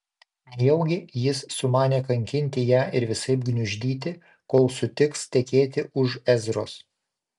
nejaugi jis sumanė kankinti ją ir visaip gniuždyti kol sutiks tekėti už ezros